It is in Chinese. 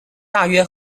大约